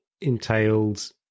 Entailed